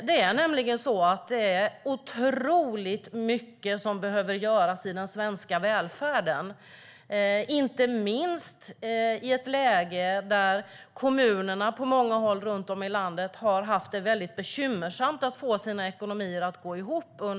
Det är nämligen otroligt mycket som behöver göras i den svenska välfärden, inte minst i ett läge där kommunerna på många håll runt om i landet under ett antal år har haft det mycket bekymmersamt att få sina ekonomier att gå ihop.